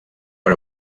per